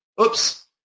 oops